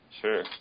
sure